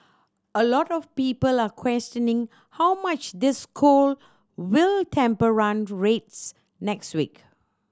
a lot of people are questioning how much this cold will temper run rates next week